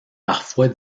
parfois